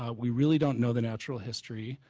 um we really don't know the natural history,